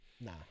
Nah